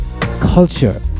culture